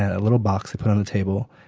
a little box they put on the table.